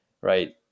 right